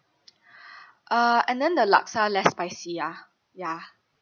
uh and then the laksa less spicy ya ya